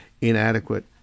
inadequate